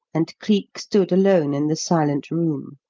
and cleek stood alone in the silent room.